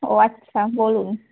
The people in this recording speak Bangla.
ও আচ্ছা বলুন